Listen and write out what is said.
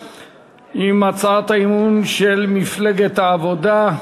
בהמשך סדר-היום יש הצעות אי-אמון של סיעת העבודה,